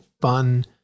fun